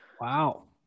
Wow